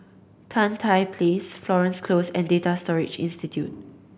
Tan Tye Place Florence Close and Data Storage Institute